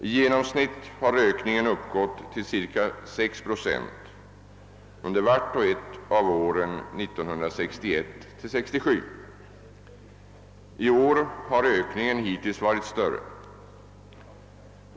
I genomsnitt har ökningen uppgått till ca 6 Zoo under vart och ett av åren 1961—1967. I år har ökningen hittills varit större.